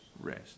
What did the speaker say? rest